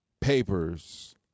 Papers